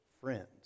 friends